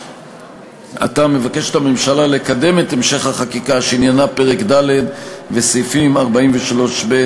ועתה מבקשת הממשלה לקדם את המשך החקיקה שעניינה פרק ד' וסעיפים 43(ב)